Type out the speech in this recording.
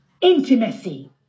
Intimacy